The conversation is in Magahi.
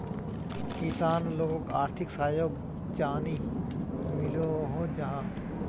किसान लोगोक आर्थिक सहयोग चाँ नी मिलोहो जाहा?